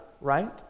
right